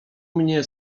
mnie